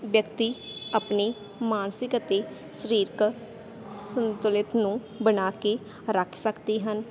ਵਿਅਕਤੀ ਆਪਣੀ ਮਾਨਸਿਕ ਅਤੇ ਸਰੀਰਿਕ ਸੰਤੁਲਿਤ ਨੂੰ ਬਣਾ ਕੇ ਰੱਖ ਸਕਦੇ ਹਨ